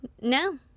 No